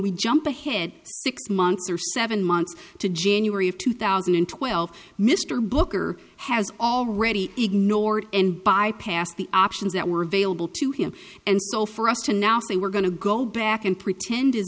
we jump ahead six months or seven months to january of two thousand and twelve mr booker has already ignored and bypassed the options that were available to him and so for us to now say we're going to go back and pretend